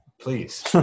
please